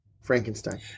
frankenstein